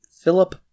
Philip